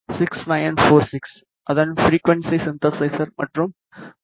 C 6946 அதன் frequency synthesizer மற்றும் B